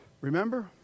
Remember